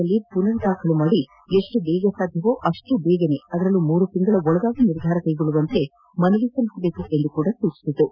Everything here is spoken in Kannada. ಯಲ್ಲಿ ಪುನರ್ ದಾಖಲು ಮಾಡಿ ಎಷ್ಟು ಬೇಗ ಸಾಧ್ಯವೋ ಅಷ್ಟು ಬೇಗ ಅದರಲ್ಲೂ ಮೂರು ತಿಂಗಳುಗಳ ಒಳಗಾಗಿ ನಿರ್ಧಾರ ಕೈಗೊಳ್ಳುವಂತೆ ಕೋರಿಕೆ ಸಲ್ಲಿಸಲು ಸೂಚಿಸಿತು